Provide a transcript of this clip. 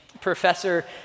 professor